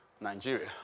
Nigeria